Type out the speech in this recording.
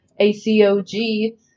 ACOG